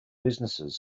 businesses